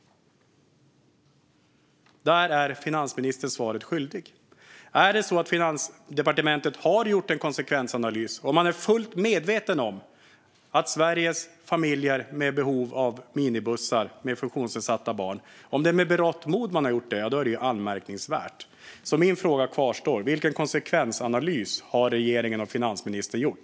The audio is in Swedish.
Där är finansministern svaret skyldig. Om Finansdepartementet har gjort en konsekvensanalys och man är fullt medveten om att svenska familjer med funktionsnedsatta barn har behov av minibussar är det anmärkningsvärt om man med berått mod har infört denna skatt. Min fråga kvarstår: Vilken konsekvensanalys har regeringen och finansministern gjort?